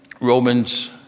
Romans